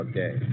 Okay